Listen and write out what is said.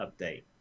update